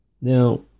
now